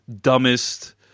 dumbest